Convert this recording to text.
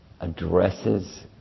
addresses